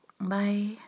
Bye